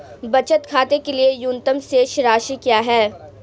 बचत खाते के लिए न्यूनतम शेष राशि क्या है?